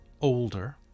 older